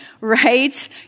right